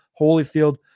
Holyfield